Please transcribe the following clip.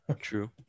True